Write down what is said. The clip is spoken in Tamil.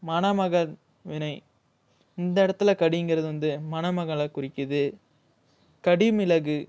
மணமகள் வினை இந்த இடத்துல கடிங்கிறது வந்து மணமகளை குறிக்குது கடிமிளகு